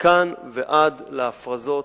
מכאן ועד להפרזות,